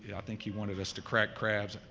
i think he wanted us to crack crabs.